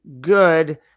good